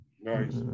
Nice